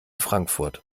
frankfurt